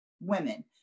women